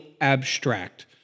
abstract